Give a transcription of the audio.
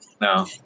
No